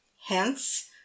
hence